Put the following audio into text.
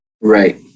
Right